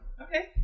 Okay